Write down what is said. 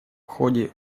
ходе